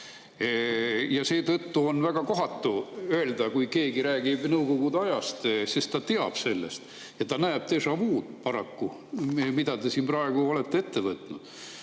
Seetõttu on väga kohatu öelda, kui keegi räägib nõukogude ajast, sest ta teab sellest ja ta näebdéjà-vu'd paraku, mida te siin praegu olete ette võtnud.